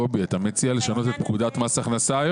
קובי, אתה מציע לשנות את פקודת מס הכנסה?